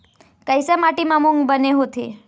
कइसे माटी म मूंग बने होथे?